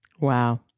Wow